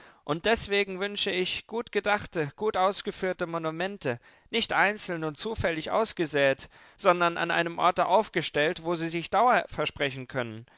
und deswegen wünschte ich gut gedachte gut ausgeführte monumente nicht einzeln und zufällig ausgesäet sondern an einem orte aufgestellt wo sie sich dauer versprechen können